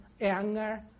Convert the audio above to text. anger